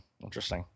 Interesting